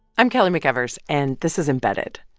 i'm kelly mcevers, and this is embedded.